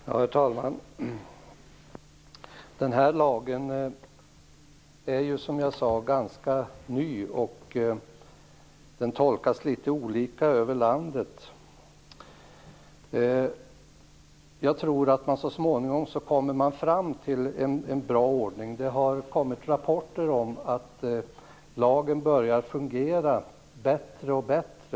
Herr talman! Den här lagen är ju ganska ny, som jag sade. Den tolkas litet olika över landet. Jag tror att man så småningom kommer fram till en bra ordning. Det har kommit rapporter om att lagen börjar fungera bättre och bättre.